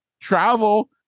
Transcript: travel